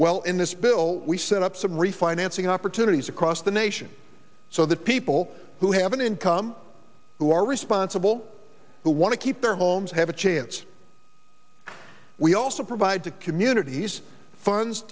well in this bill we set up some refinancing opportunities across the nation so that people who have an income who are responsible who want to keep their homes have a chance we also provide to communities funds